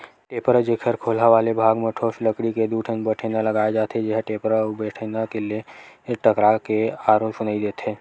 टेपरा, जेखर खोलहा वाले भाग म ठोस लकड़ी के दू ठन बठेना लगाय जाथे, जेहा टेपरा अउ बठेना ले टकरा के आरो सुनई देथे